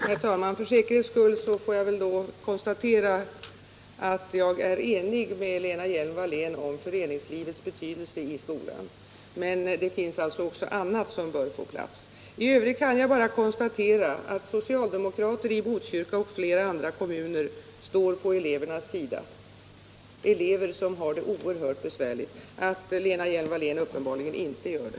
Herr talman! För säkerhets skull får jag väl då lov att konstatera att jag är enig med Lena Hjelm-Wallén om föreningslivets betydelse i skolan. Men det finns också annat som bör få plats. I övrigt kan jag bara konstatera att socialdemokrater i Botkyrka och flera andra kommuner står på elevernas sida, elever som har det oerhört besvärligt, och att Lena Hjelm-Wallén uppenbarligen inte gör det.